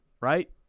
right